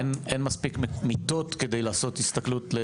אין מספיק מיטות כדי לעשות הסתכלות,